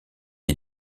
est